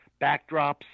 backdrops